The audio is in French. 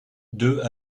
deux